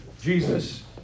Jesus